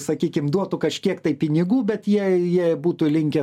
sakykim duotų kažkiek tai pinigų bet jie jie būtų linkę